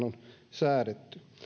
on säädetty